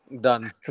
Done